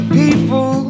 people